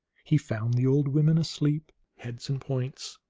he found the old women asleep, heads and points,